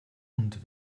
und